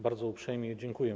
Bardzo uprzejmie dziękuję.